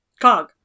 Cog